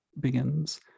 begins